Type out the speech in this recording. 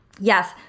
Yes